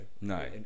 No